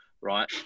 right